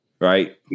Right